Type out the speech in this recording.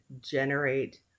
generate